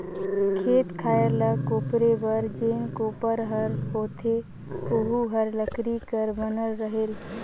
खेत खायर ल कोपरे बर जेन कोपर हर होथे ओहू हर लकरी कर बनल रहेल